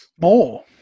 More